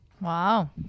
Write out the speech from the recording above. Wow